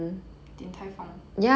Din Tai Fung